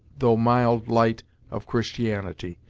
though mild light of christianity,